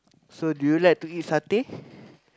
so do you like to eat satay